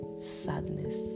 sadness